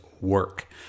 work